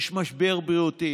יש משבר בריאותי,